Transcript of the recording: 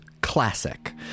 Classic